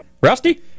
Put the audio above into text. Rusty